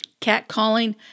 catcalling